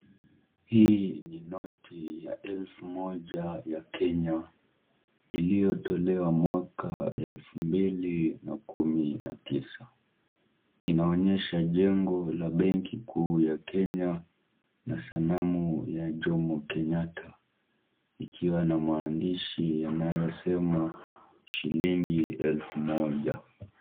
Hii ni noti ya elfu moja ya kenya, iliyotolewa mwaka elfu mbili na kumi na tisa. Inaonyesha jengo la Benki Kuu Ya Kenya, na sanamu ya Jomo Kenyatta ikiwa na maandishi yanayosema, shilingi elfu moja.